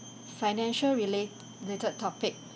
financial relat~ related topic